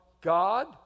God